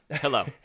Hello